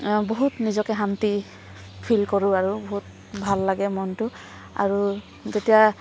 বহুত নিজকে শান্তি ফিল কৰোঁ আৰু বহুত ভাল লাগে মোৰ মনটো আৰু যেতিয়া